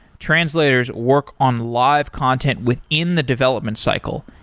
translators work on live content within the development cycle,